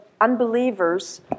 unbelievers